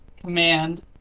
Command